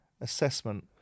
assessment